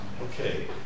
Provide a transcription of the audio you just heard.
Okay